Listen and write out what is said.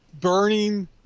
Burning